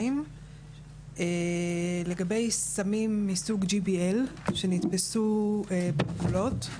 לגבי סמים מסוג GBL שנתפסו בגבולות,